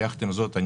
יחד עם זאת,